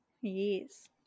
yes